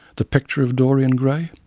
the picture of dorian grey?